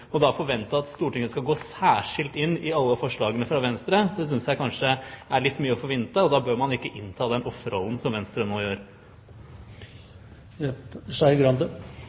alle forslagene fra Venstre, synes jeg kanskje er litt mye å forvente, og da bør man ikke innta den offerrollen som Venstre nå gjør.